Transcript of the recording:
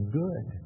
good